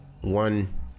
one